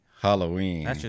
Halloween